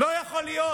לא יכול להיות